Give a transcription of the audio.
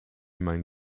meinen